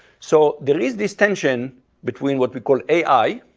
so there is this tension between what we call ai